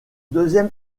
deuxième